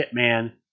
hitman